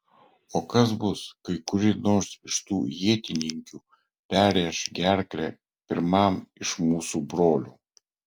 o kas bus kai kuri nors iš tų ietininkių perrėš gerklę pirmam iš mūsų brolių